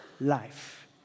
life